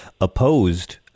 opposed